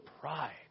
pride